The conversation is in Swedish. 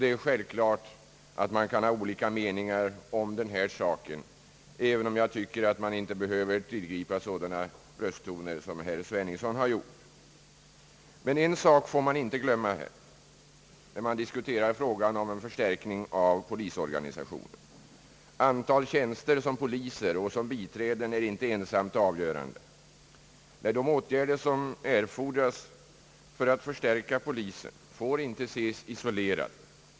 Det är självklart, att man kan ha olika meningar om denna sak, även om jag tycker att man inte behöver tillgripa sådana brösttoner som herr Sveningsson gjorde. En sak får man dock inte glömma, när man diskuterar förstärkning av polisorganisationen: antalet tjänster som poliser och biträden är inte ensamt avgörande. De åtgärder som erfordras för att förstärka polisen får inte ses isolerade.